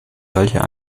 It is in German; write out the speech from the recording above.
solcher